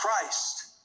Christ